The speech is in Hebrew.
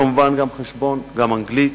כמובן, גם חשבון וגם אנגלית,